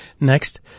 Next